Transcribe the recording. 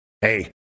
hey